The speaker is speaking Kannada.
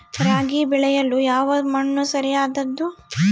ರಾಗಿ ಬೆಳೆಯಲು ಯಾವ ಮಣ್ಣು ಸರಿಯಾದದ್ದು?